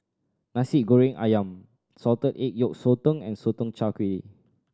Nasi Goreng Ayam salted egg yolk sotong and Sotong Char Kway